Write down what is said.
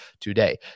today